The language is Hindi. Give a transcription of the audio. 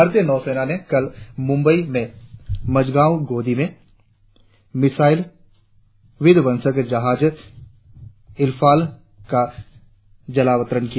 भारतीय नौसेना ने कल मुंबई में मझगांव गोदी में मिसाइल विध्वंसक जहाज इल्फाल का जलावतरण किया